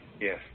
Yes